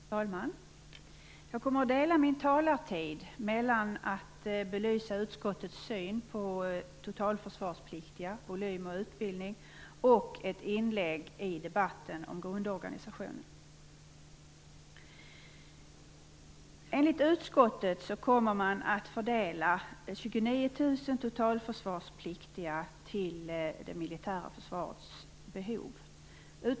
Fru talman! Jag kommer att dela upp min talartid så att jag först belyser utskottets syn på totalförsvarspliktiga och på volym och utbildning. Sedan har jag ett inlägg i debatten om grundorganisationen. Enligt utskottet kommer 29 000 totalförsvarspliktiga att fördelas till det militära försvarets behov.